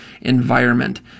environment